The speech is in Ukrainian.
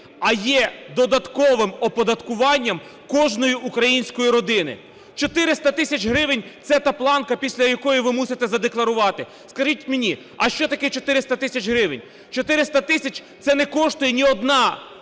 а є додатковим оподаткуванням кожної української родини. 400 тисяч гривень – це та планка, після якої ви мусите задекларувати. Скажіть мені, а що таке 400 тисяч гривень? 400 тисяч – це не коштує ні одна